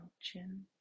chin